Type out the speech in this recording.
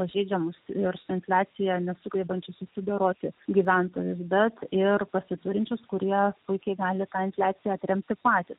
pažeidžiamus ir su infliacija nesugebančius susidoroti gyventojus bet ir pasiturinčius kurie puikiai gali tą infliaciją atremti patys